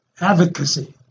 Advocacy